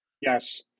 Yes